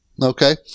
Okay